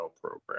program